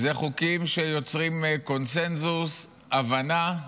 אלה חוקים שיוצרים קונסנזוס, הבנה.